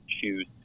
choose